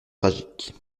tragiques